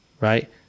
right